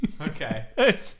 okay